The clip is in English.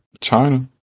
China